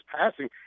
passing